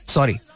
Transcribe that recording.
Sorry